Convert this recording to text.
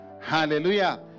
Hallelujah